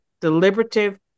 deliberative